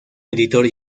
editor